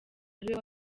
ariwe